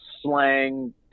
slang